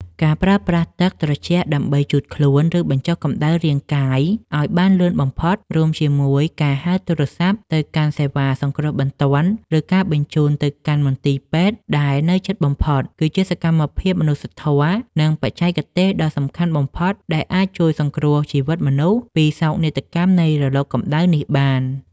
ការប្រើប្រាស់ទឹកត្រជាក់ដើម្បីជូតខ្លួន ឬបញ្ចុះកម្ដៅរាងកាយឱ្យបានលឿនបំផុត រួមជាមួយការហៅទូរស័ព្ទទៅកាន់សេវាសង្គ្រោះបន្ទាន់ ឬការបញ្ជូនទៅកាន់មន្ទីរពេទ្យដែលនៅជិតបំផុត គឺជាសកម្មភាពមនុស្សធម៌ និងបច្ចេកទេសដ៏សំខាន់បំផុតដែលអាចជួយសង្គ្រោះជីវិតមនុស្សពីសោកនាដកម្មនៃរលកកម្ដៅនេះបាន។